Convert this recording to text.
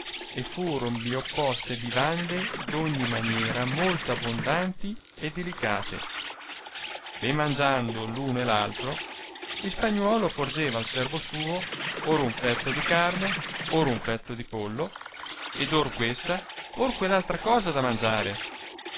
al bondanti e dilicate e mangiando l'uno e l'altro il spagnuolo porgeva al servo suo or un pezzo di carne or un pezzo di pollo ed or questa or quell'altra cosa da mangiare